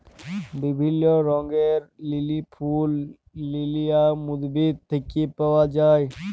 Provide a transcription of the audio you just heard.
বিভিল্য রঙের লিলি ফুল লিলিয়াম উদ্ভিদ থেক্যে পাওয়া যায়